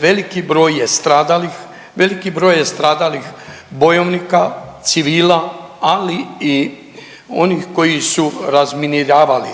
veliki broj je stradalih bojovnika, civila, ali i onih koji su razminiravali,